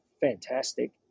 fantastic